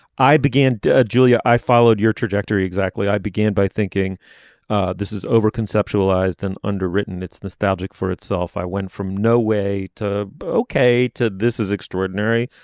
i began. julia i followed your trajectory exactly i began by thinking ah this is over conceptualized and underwritten it's nostalgic for itself. i went from no way to ok to this is extraordinary.